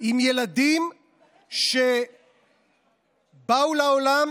עם ילדים שבאו לעולם